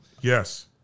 yes